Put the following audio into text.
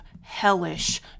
hellish